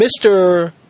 Mr